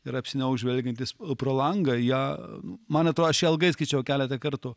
ir apsiniauks žvelgiantys pro langą ją man atrodo aš ją ilgai skaičiau keletą kartų